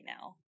now